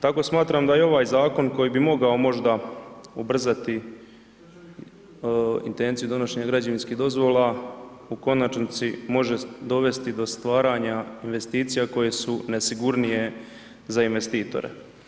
Tako smatram da i ovaj Zakon koji bi mogao možda ubrzati intenciju donošenja građevinskih dozvola u konačnici može dovesti do stvaranja investicija koje su nesigurnije za investitore.